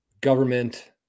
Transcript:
government